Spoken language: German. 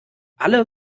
alle